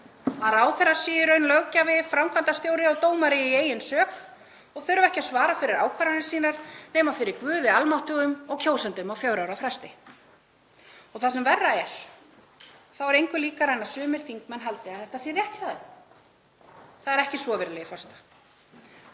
að ráðherra sé í raun löggjafi, framkvæmdastjóri og dómari í eigin sök og þurfi ekki að svara fyrir ákvarðanir sínar nema fyrir guði almáttugum og kjósendum á fjögurra ára fresti. Það sem verra er, þá er engu líkara en að sumir þingmenn haldi að þetta sé rétt hjá þeim. Það er ekki svo, virðulegi forseti.